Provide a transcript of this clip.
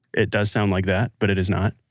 it does sound like that, but it is not